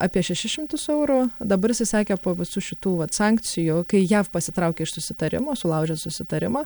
apie šešis šimtus eurų dabar jisai sakė po visų šitų vat sankcijų kai jav pasitraukė iš susitarimo sulaužė susitarimą